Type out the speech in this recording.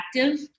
active